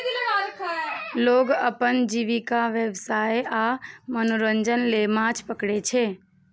लोग अपन जीविका, व्यवसाय आ मनोरंजन लेल माछ पकड़ै छै